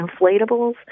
inflatables